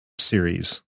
series